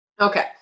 Okay